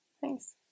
Thanks